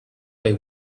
way